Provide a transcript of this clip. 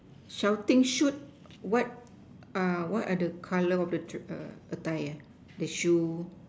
shouting shoot what what are the color of the attire the shoe